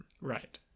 right